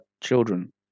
children